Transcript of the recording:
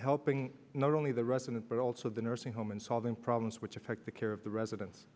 helping not only the residents but also the nursing home and solving problems which affect the care of the residents